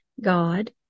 God